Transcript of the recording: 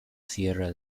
sierra